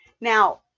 Now